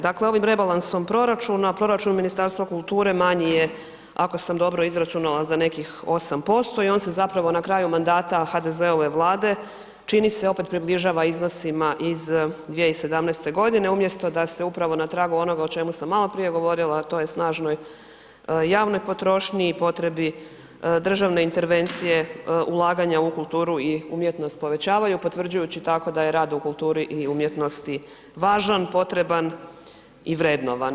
Dakle, ovim rebalansom proračuna, proračun Ministarstva kulture manji je ako sam dobro izračunala za nekih 8% i on se zapravo na kraju mandata HDZ-ove Vlade čini se opet približava iznosima iz 2017. godine umjesto da se upravo na tragu onoga o čemu sam malo prije govorila, a to je snažnoj javnoj potrošnji i potrebi državne intervencije ulaganja u kulturu i umjetnost povećavaju potvrđujući tako da je rad u kulturi i umjetnosti važan, potreban i vrednovan.